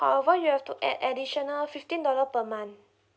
however you have to add additional fifteen dollar per month